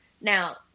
Now